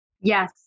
Yes